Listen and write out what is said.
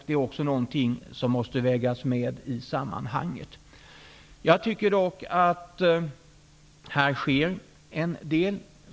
Det är också något som måste vägas med i sammanhanget. Jag tycker dock att här sker en del.